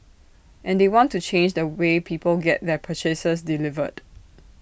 and they want to change the way people get their purchases delivered